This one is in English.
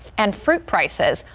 and fruit prices,